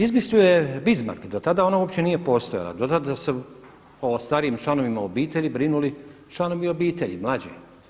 Izmislio ju je Bismarck, do tada ona uopće nije postojala, dotada su o starijim članovima obitelji brinuli članovi obitelji mlađi.